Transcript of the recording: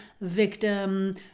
victim